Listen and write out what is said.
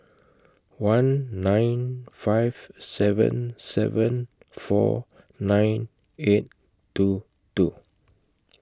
one nine five seven seven four nine eight two two